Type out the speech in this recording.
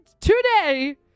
today